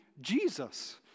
Jesus